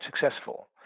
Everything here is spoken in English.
successful